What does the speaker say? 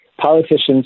politicians